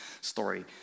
story